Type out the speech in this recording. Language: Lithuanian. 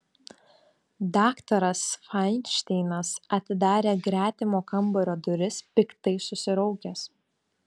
daktaras fainšteinas atidarė gretimo kambario duris piktai susiraukęs